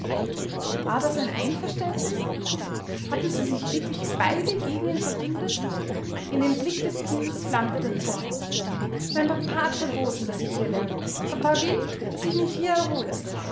war das ein einverständnis hatten sie sich wirklich beide gegen ihn verbündet in dem blick des kindes flammte der zorn mein papa hat verboten daß ich hier lerne papa will daß ich mich hier erhole